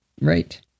Right